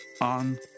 on